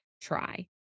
try